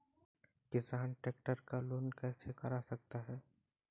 किसान ट्रैक्टर का लोन कैसे करा सकता है?